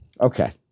Okay